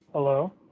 Hello